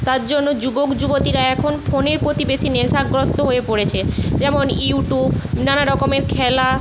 তার জন্য যুবক যুবতীরা এখন ফোনের প্রতি বেশি নেশাগ্রস্ত হয়ে পড়েছে যেমন ইউটিউব নানা রকমের খেলা